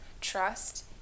trust